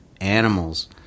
animals